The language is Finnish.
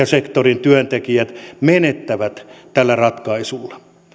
sektorin työntekijät menettävät tällä ratkaisulla